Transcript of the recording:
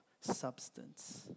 substance